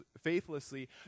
faithlessly